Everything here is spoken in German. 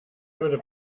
würde